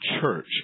church